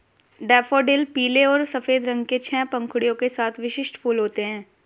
daffodil पीले और सफ़ेद रंग के छह पंखुड़ियों के साथ विशिष्ट फूल होते हैं